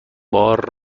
بار